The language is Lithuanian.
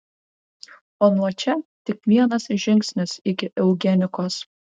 o nuo čia tik vienas žingsnis iki eugenikos